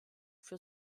für